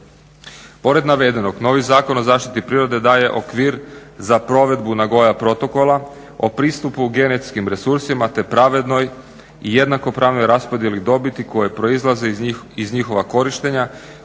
Pored navedenog novi Zakon o zaštiti prirode daje okvir za provedbu Nagoya Protocola o pristupu genetskim resursima te pravednoj i jednakopravnoj raspodjeli dobiti koje proizlaze iz njihova korištenja